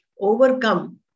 overcome